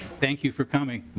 thank you for coming.